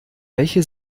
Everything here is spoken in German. welche